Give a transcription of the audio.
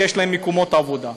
שיש להם מקומות עבודה.